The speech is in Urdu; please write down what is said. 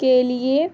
کے لیے